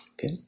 Okay